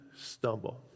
stumble